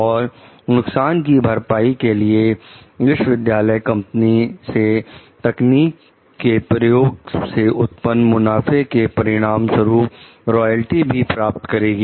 और नुकसान की भरपाई के लिए विश्वविद्यालय कंपनी से तकनीक के प्रयोग से उत्पन्न मुनाफे के परिणाम स्वरूप रॉयल्टी भी प्राप्त करेगी